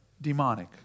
demonic